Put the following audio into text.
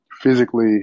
physically